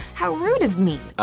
how rude of me! ah,